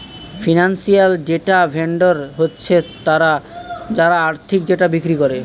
financial data vendor হচ্ছে তারা যারা আর্থিক ডেটা বিক্রি করে